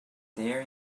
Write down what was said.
there